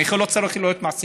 הנכה לא צריך להיות מעסיק.